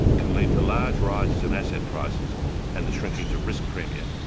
can lead to large rises in asset prices and the shrinkage of risk premia,